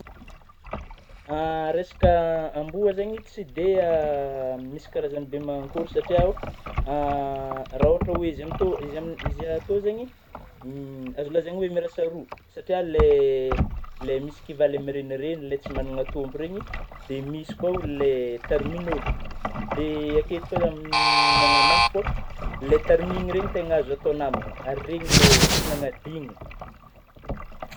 Resaka amboa zany tsy dia misy karazany be mangnankôry, satria ao raha ohatra we zay to, izy any tô zany azo lazaina oe mirasa roa: le misy kiva ilay miregniregny tsy manana tômpo reny, dia misy koa ilay terminôlô ,ary aketo kôa zaho le magnamafy fô, ilay termigny regny tena azo atô namagna, ary regny lay tsy magnadino.